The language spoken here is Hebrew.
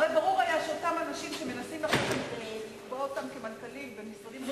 הרי היה ברור שאותם אנשים שמנסים למנות למנכ"לים במשרדים,